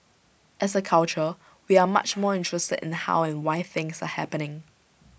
as A culture we are much more interested in how and why things are happening